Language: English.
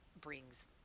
brings